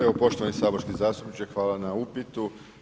Evo poštovani saborski zastupniče, hvala na upitu.